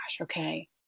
okay